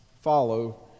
follow